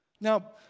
Now